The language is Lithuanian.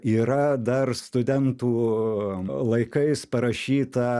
yra dar studentų laikais parašyta